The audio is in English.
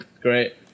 great